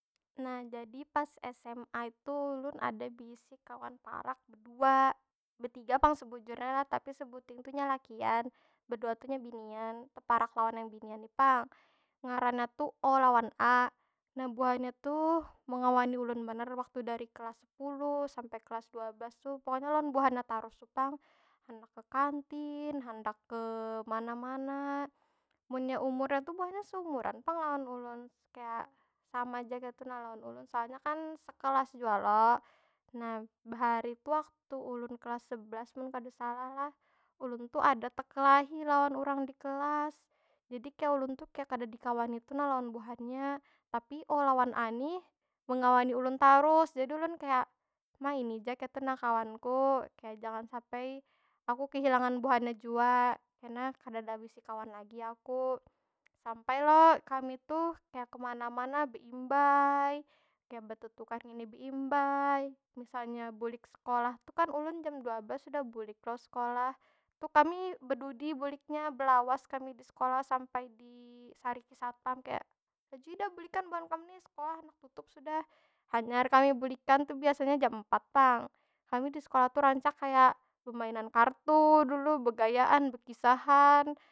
Nah jadi pas sma itu ulun ada beisi kawan parak bedua, betiga pang sebujurnya lah. Tapi sebuting tu nya lakian, bedua tu nya binian. Teparak lawan yang binian ni pang. Ngarannya tu o lawan a. nah buhannya tuh, mengawani ulun banar waktu dari kelas sepuluh sampe kelas dua belas tuh. Pokonya lawan buhannya tarus tu pang. Handak ke kantin, handak ke mana- mana. Munnya umurnya tu buhannya seumuran pang lawan ulun, kaya sama ja kaytu na lawan ulun. Soalnya kan sekelas jau lo. Nah, bahari tu waktu ulun kelas sebelas mun kada salah lah, ulun tu ada tekelahi lawan urang di kelas. jadi kaya ulun tu kaya kada dikawani tu nah lawan buhannya. Tapi o lawan a nih, mengawani ulun tarus. Jadi ulun kaya, ma ini ja kaytu nah kawan ku. Kaya, jangan sampai aku kehilangan buhannya jua. Kena kadeda bisi kawan lagi aku. Sampai lo, kami tuh kaya kemana- mana beimbay, kaya betetukar indit beimbay. Misalnya bulik sekolah tu kan ulun jam dua belas sudah bulik lo sekolah. Tuh kami bedudi buliknya, belawas kami di sekolah sampai disariki satpam. Kaya, lajui dah bulikan buhan kam ni sekolah handak tutup sudah. Hanyar kami bulikan, tu biasanya jam empat pang. Kami di sekolah tu rancak kaya, bemainan kartu dulu, begayaan, bekisahan.